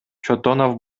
чотонов